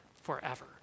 forever